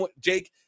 Jake